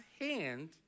hand